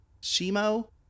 Shimo